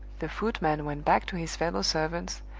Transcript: the footman went back to his fellow-servants,